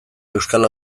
euskal